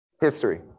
history